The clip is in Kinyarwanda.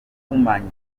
ihumanya